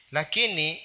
Lakini